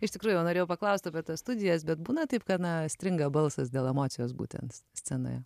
iš tikrųjų norėjau paklaust apie studijas bet būna taip kad na stringa balsas dėl emocijos būtent scenoje